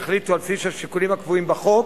יחליטו על בסיס השיקולים הקבועים בחוק